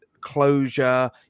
closure